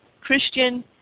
Christian